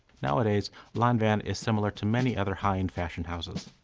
nowadays, lanvin is similar to many other high-end fashion houses.